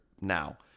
now